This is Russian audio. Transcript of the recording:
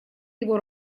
его